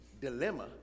dilemma